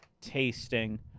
tasting